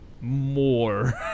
more